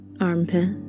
armpit